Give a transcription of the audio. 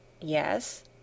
Yes